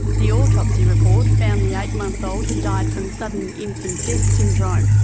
the autopsy report found the eight-month old had died from sudden infant death syndrome.